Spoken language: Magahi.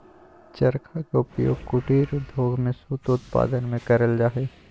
चरखा के उपयोग कुटीर उद्योग में सूत उत्पादन में करल जा हई